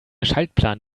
schaltplan